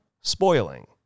spoiling